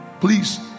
Please